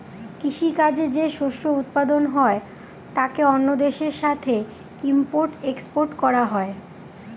কৃষি কাজে যে শস্য উৎপাদন হয় তাকে অন্য দেশের সাথে ইম্পোর্ট এক্সপোর্ট করা হয়